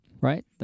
Right